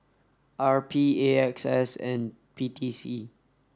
R P A X S and P T C